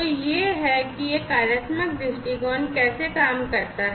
तो यह है कि यह कार्यात्मक दृष्टिकोण कैसे काम करता है